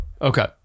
Okay